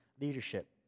leadership